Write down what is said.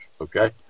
Okay